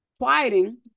quieting